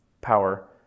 power